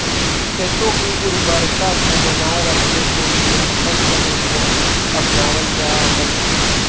खेतों की उर्वरता को बनाए रखने के लिए फसल चक्र को अपनावल जा हई